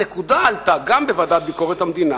הנקודה עלתה גם בוועדת ביקורת המדינה,